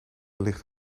ligt